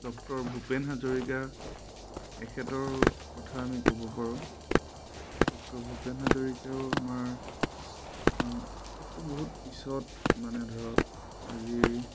doctor Bhupen Hazarika এখেতৰ কথা আমি ক'ব পাৰোঁ ডক্টৰ ভূপেন হাজৰিকায়ো আমাৰ এখেতটো বহুত পিছত মানে ধৰক আজি